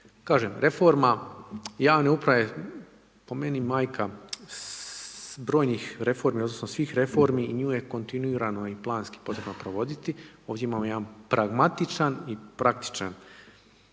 Kažem, reforma javne uprave po meni majka brojnih reformi odnosno svih reformi i nju je kontinuirano i planski potrebno provoditi. Ovdje imamo jedan pragmatičan i praktičan